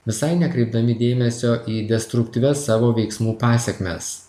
visai nekreipdami dėmesio į destruktyvias savo veiksmų pasekmes